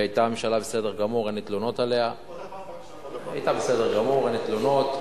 והיא היתה ממשלה בסדר גמור, אין לי תלונות עליה.